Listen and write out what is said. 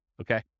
Okay